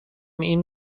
این